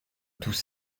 tous